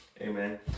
Amen